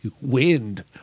wind